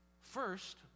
First